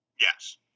Yes